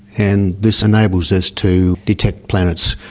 and this enables us to detect planets,